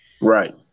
Right